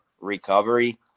recovery